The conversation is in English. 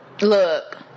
Look